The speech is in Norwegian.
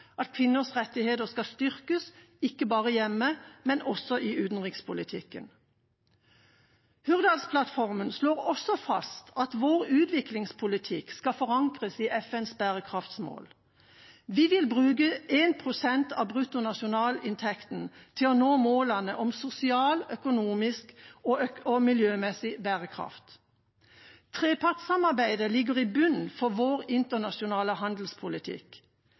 at kvinners rettigheter skal styrkes, ikke bare hjemme, men også i utenrikspolitikken. Hurdalsplattformen slår også fast at vår utviklingspolitikk skal forankres i FNs bærekraftsmål. Vi vil bruke 1 pst. av brutto nasjonalinntekten til å nå målene om sosial, økonomisk og miljømessig bærekraft. Trepartssamarbeidet ligger til grunn for vår internasjonale handelspolitikk.